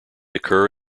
occur